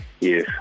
Yes